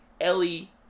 Ellie